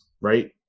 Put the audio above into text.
right